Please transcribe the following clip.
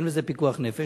אין על זה פיקוח נפש.